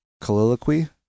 colloquy